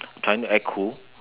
trying to act cool